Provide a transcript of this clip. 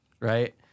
Right